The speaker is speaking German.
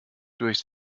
durchs